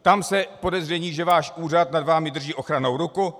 Tam se mluví o podezření, že váš úřad nad vámi drží ochrannou ruku.